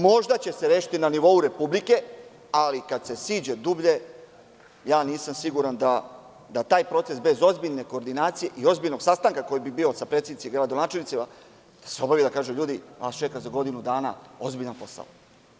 Možda će se rešiti na nivou republike, ali kad se siđe dublje nisam siguran da taj proces bez ozbiljne koordinacije i ozbiljnog sastanka, koji bi bio sa predsednicima i gradonačelnicima da se obavi i da se kaže – ljudi vas čeka za godinu dana ozbiljan posao.